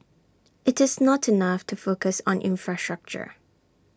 IT is not enough to focus on infrastructure